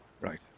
Right